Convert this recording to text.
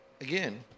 again